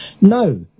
No